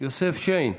יוסף שיין,